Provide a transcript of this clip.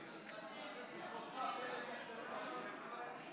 לוועדה שתקבע ועדת הכנסת נתקבלה.